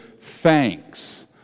thanks